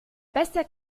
bester